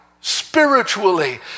spiritually